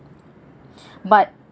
but